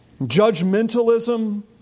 judgmentalism